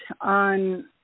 on